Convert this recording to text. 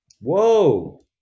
Whoa